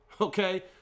Okay